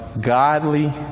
godly